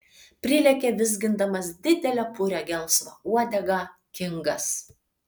prilekia vizgindamas didelę purią gelsvą uodegą kingas